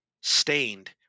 stained